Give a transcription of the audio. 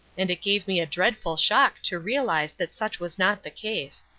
and it gave me a dreadful shock to realize that such was not the case.